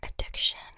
addiction